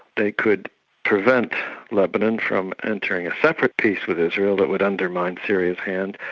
they could prevent lebanon from entering a separate peace with israel that would undermine syria's hand,